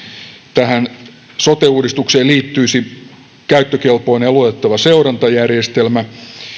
tähän sote uudistukseen liittyisi käyttökelpoinen ja luotettava seurantajärjestelmä